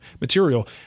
material